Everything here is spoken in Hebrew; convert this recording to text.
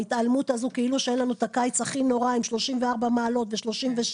ההתעלמות הזו כאילו שאין לנו את הקיץ הכי נורא עם 34 מעלות ו-36,